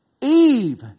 Eve